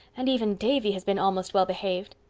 and even davy has been almost well-behaved.